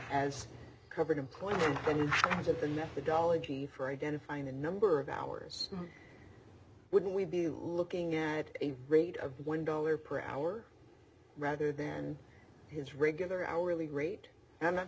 as covered employment and as of the methodology for identifying the number of hours would we be looking at a rate of one dollar per hour rather than his regular hourly rate and i'm not